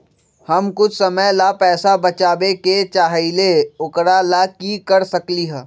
हम कुछ समय ला पैसा बचाबे के चाहईले ओकरा ला की कर सकली ह?